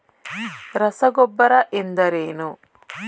ರಸಗೊಬ್ಬರ ಎಂದರೇನು?